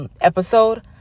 episode